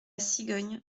cigogne